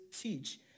teach